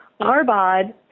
Arbad